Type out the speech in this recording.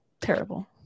Terrible